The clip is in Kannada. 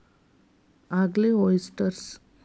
algae, oysters